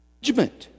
judgment